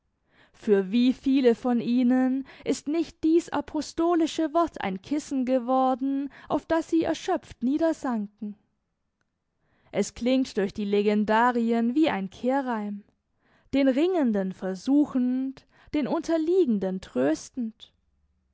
für wie viele von ihnen ist nicht dies apostolische wort ein kissen geworden auf das sie erschöpft niedersanken es klingt durch die legendarien wie ein kehrreim den ringenden versuchend den unterliegenden tröstend